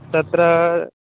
तत्र